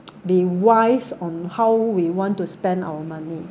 be wise on how we want to spend our money